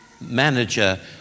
manager